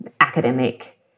academic